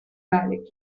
ballet